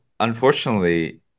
Unfortunately